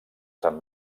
sant